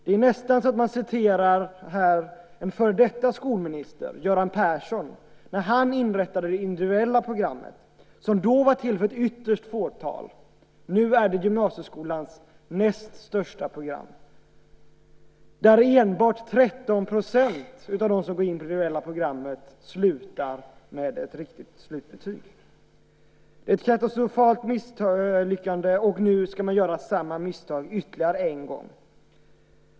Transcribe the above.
Det är nästan så att han här citerar en före detta skolminister, Göran Persson, när denne inrättade det individuella programmet som då var till för ett ytterst litet antal. Nu är det gymnasieskolans näst största program. Endast 13 % av dem som börjar på det individuella programmet slutar med ett riktigt slutbetyg. Det är ett katastrofalt misslyckande, och nu ska man göra samma misstag ytterligare en gång.